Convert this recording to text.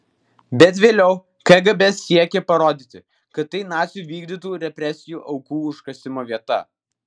bet vėliau kgb siekė parodyti kad tai nacių vykdytų represijų aukų užkasimo vieta